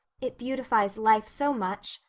it beautifies life so much.